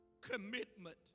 commitment